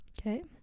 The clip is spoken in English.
Okay